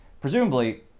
presumably